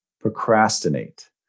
procrastinate